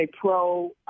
pro